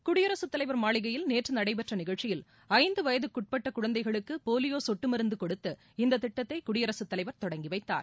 குடியரசுத் தலைவர் மாளிகையில் நேற்றுநடைபெற்றநிகழ்ச்சியில் ஐந்துவயதுக்குஉட்பட்டகுழந்தைகளுக்குபோலியோசொட்டுமருந்து கொடுத்து இந்தத் திட்டத்தைகுடியரசுத் தலைவர் தொடங்கிவைத்தார்